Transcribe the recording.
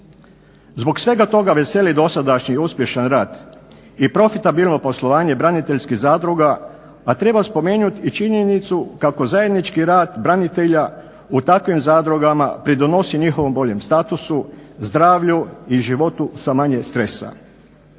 Zbog svega toga veseli dosadašnji uspješan rad i profitabilno poslovanje braniteljskih zadruga, a treba spomenut i činjenicu kako zajednički rad branitelja u takvim zadrugama pridonosi njihovom boljem statusu, zdravlju i životu sa manje stresa.